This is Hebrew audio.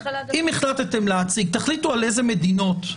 תחליטו על איזה מדינות,